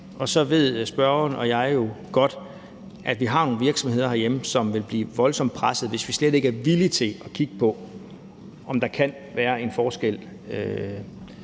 Og så ved spørgeren og jeg jo godt, at vi har nogle virksomheder herhjemme, som vil blive voldsomt presset, hvis vi slet ikke er villige til at kigge på, om der kan være en forskel